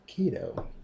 keto